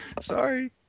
Sorry